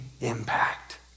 impact